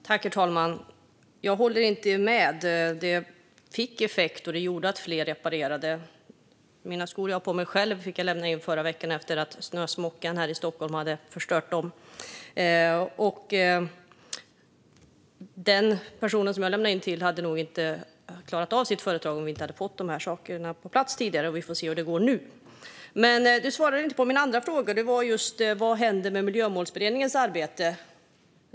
Herr talman! Jag håller inte med. Den fick effekt, och den gjorde att fler reparerade. Skorna jag har på mig nu fick jag själv lämna in förra veckan efter att snösmockan här i Stockholm hade förstört dem. Den person jag lämnade in dem till hade nog inte klarat av att driva sitt företag om vi inte tidigare hade fått de här åtgärderna på plats. Vi får se hur det går nu. Du svarade inte på min andra fråga, Helena Storckenfeldt. Den gällde vad som händer med Miljömålsberedningens arbete.